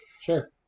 Sure